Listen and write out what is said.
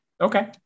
Okay